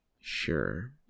Sure